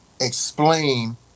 explain